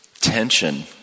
tension